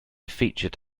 featured